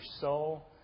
soul